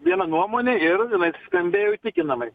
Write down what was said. viena nuomonė ir jinai tai skambėjo įtikinamai